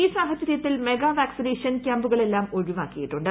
ഈ സാഹചര്യത്തിൽ mega vaccination ക്യാമ്പുകളെല്ലാം ഒഴിവാക്കിയിട്ടുണ്ട്